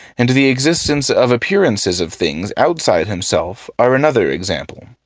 and the existence of appearances of things outside himself are another example.